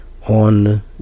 On